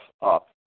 up